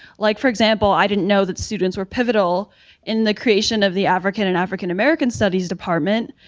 like, for example, i didn't know that students were pivotal in the creation of the african and african american studies department,